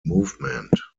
movement